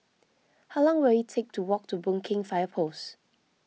how long will it take to walk to Boon Keng Fire Post